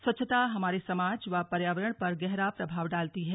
स्वच्छता हमारे समाज व पर्यावरण पर गहरा प्रभाव डालती है